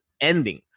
ending